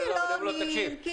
כי לא עונים, כי